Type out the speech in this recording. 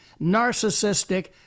narcissistic